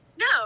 No